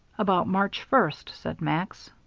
about march first, said max.